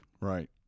Right